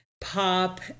pop